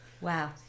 Wow